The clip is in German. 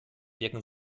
wirken